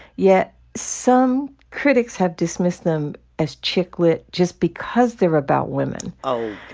yet, some critics have dismissed them as chick lit just because they're about women oh,